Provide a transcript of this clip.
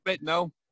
no